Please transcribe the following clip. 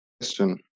question